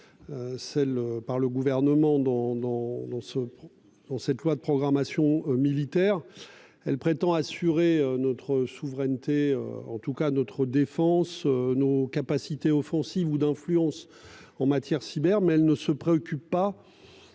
Sel par le gouvernement dans dans dans ce. Dans cette loi de programmation militaire elle prétend assurer notre souveraineté en tout cas notre défense nos capacités offensives ou d'influence en matière cyber mais elle ne se préoccupe pas.